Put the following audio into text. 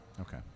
Okay